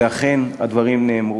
ואכן הדברים נאמרו.